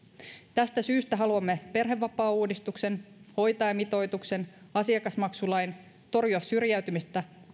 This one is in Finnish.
tästä syystä haluamme perhevapaauudistuksen hoitajamitoituksen ja asiakasmaksulain torjua syrjäytymistä